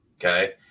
okay